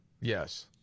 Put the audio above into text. Yes